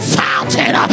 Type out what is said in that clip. fountain